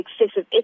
excessive